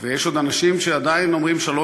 ויש עוד אנשים שעדיין אומרים שלום